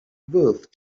worth